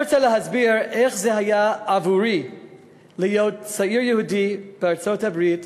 אני רוצה להסביר איך זה היה עבורי להיות צעיר יהודי בארצות-הברית,